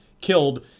killed